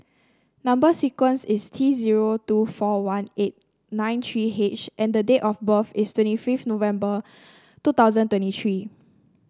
number sequence is T zero two four one eight nine three H and date of birth is twenty fifth November two thousand twenty three